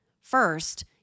First